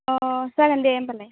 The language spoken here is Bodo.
अ जागोन दे होमब्लालाय